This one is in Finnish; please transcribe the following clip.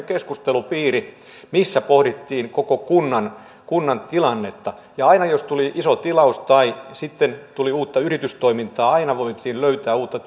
keskustelupiiri missä pohdittiin koko kunnan kunnan tilannetta ja aina jos tuli iso tilaus tai tuli uutta yritystoimintaa voitiin löytää uutta